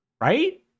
right